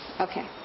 Okay